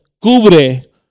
Cubre